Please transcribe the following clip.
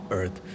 earth